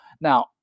Now